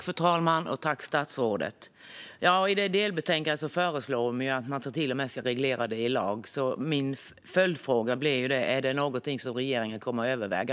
Fru talman! I delbetänkandet föreslås att man till och med ska reglera kontanthantering i lag. Min följdfråga blir därför om det är någonting som regeringen kommer att överväga.